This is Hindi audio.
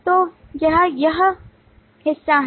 तो यह यह हिस्सा है